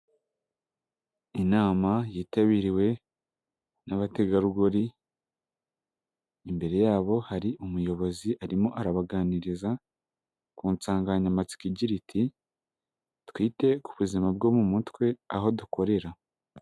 Inama yitabiriwe n'abategarugori imbere yabo hari umuyobozi arimo arabaganiriza ku nsanganyamatsiko igira iti twite ku buzima bwo mu mutwe aho dukorera.